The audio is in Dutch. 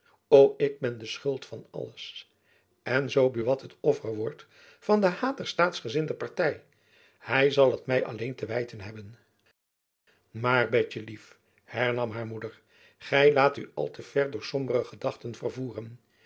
ik ben de schuld van alles en zoo buat het offer wordt van den haat der staatsgezinde party hy zal het my alleen te wijten hebben maar betjenlief hernam haar moeder gy laat u al te ver door sombere gedachten vervoeren